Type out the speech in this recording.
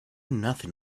nothing